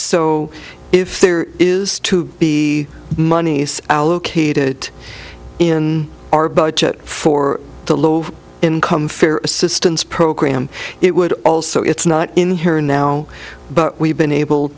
so if there is to be monies allocated in our budget for the low income fair assistance program it would also it's not in here now but we've been able